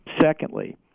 Secondly